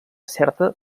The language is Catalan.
certa